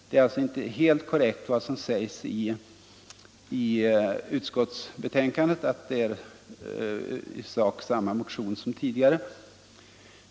Det är alltså inte helt korrekt vad som sägs i utskottsbetänkandet att det är i sak samma motion som tidigare.